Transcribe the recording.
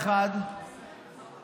לאלה שבפנסיה כבר.